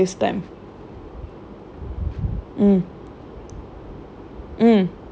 okay things I don't like about the comfort table must talk to the stupid uncle like they will later talk talk talk and waste time